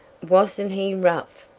wasn't he rough!